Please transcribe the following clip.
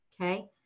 Okay